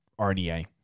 RDA